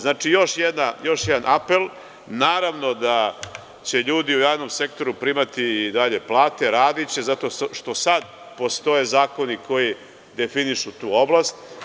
Znači još jedan apel, naravno da će ljudi u javnom sektoru primati i dalje plate, radiće zato što sada postoje zakoni koji definišu tu oblast.